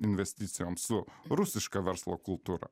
investicijoms su rusiška verslo kultūra